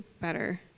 better